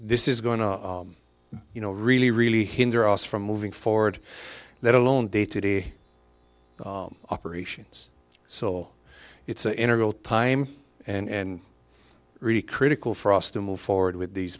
this is going to you know really really hinder us from moving forward let alone day to day operations so it's an integral time and really critical for us to move forward with these